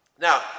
Now